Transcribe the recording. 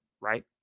right